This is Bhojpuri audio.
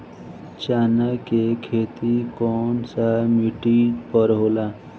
चन्ना के खेती कौन सा मिट्टी पर होला?